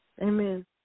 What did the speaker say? Amen